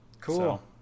Cool